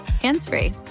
hands-free